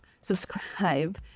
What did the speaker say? Subscribe